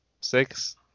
Six